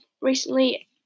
recently